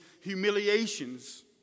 humiliations